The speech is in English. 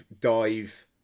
dive